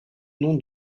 nom